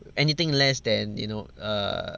anything less than you know err